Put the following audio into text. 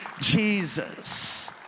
jesus